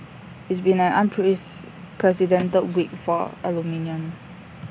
it's been an unprecedented week for aluminium